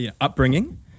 upbringing